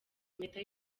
impeta